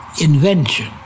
Invention